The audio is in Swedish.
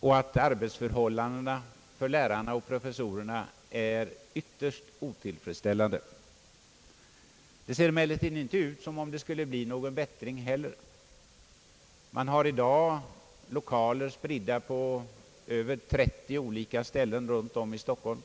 och att arbetsförhållandena för lärarna och professorerna är ytterst otillfredsställande. Det ser heller inte ut som om det skulle bli någon bättring. Lokalerna är i dag spridda på över 30 olika ställen runt om i Stockholm.